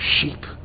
sheep